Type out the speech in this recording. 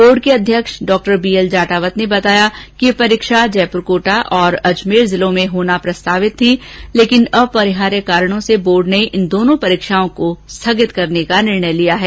board के अध्यक्ष doctor B L Jatawat ने बताया कि यह परीक्षा जयपुर कोटा और अजमेर जिलों में होनी प्रस्तावित थी अपरिहार्य कारणों से बोर्ड ने उक्त दोनों परीक्षाओं को स्थगित करने का निर्णय लिया है